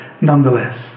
nonetheless